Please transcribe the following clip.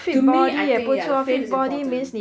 to me I think that face is important